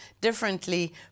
differently